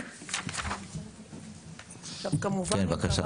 כן, בבקשה.